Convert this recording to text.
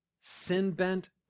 sin-bent